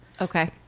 Okay